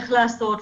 איך לעשות,